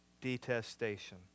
detestation